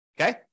Okay